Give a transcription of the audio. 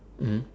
mm